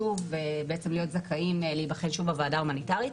וכך בעצם הם יכלו להיות זכאים להיבחן שוב בוועדה ההומניטארית.